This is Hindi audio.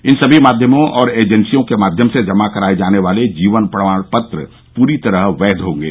इन सभी माध्यमों और एजेंसियों के माध्यम से जमा कराए जाने वाले जीवन प्रमाण पत्र पूरी तरह वैध होंगे